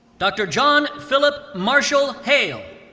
dr. john phillip marshall hale.